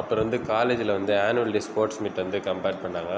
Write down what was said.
அப்புறோ வந்து காலேஜில் வந்து ஆனுவல் டே ஸ்போர்ட்ஸ் மீட் வந்து கம்பேர் பண்ணாங்க